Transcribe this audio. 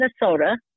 Minnesota